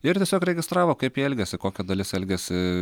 ir tiesiog registravo kaip jie elgiasi kokia dalis elgiasi